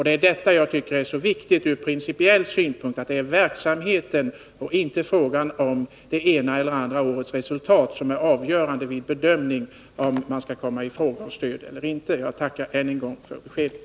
Det är det som är så viktigt ur principiell synpunkt; det är verksamheten och inte det ena eller andra årets resultat som bör vara avgörande vid bedömningen, om stiftelsen skall komma i fråga för stöd eller inte. Jag tackar än en gång för beskedet.